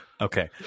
Okay